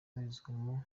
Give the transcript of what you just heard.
abarizwamo